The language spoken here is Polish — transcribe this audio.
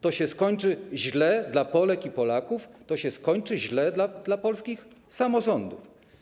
To się skończy źle dla Polek i Polaków, to się skończy źle dla polskich samorządów.